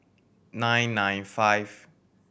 nine nine five